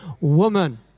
woman